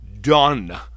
Done